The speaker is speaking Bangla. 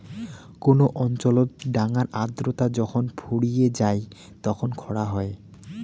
কোন অঞ্চলত ডাঙার আর্দ্রতা যখুন ফুরিয়ে যাই তখন খরা হই